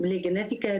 ללא גנטיקה ידועה,